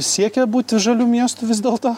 siekia būti žaliu miestu vis dėl to